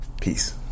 Peace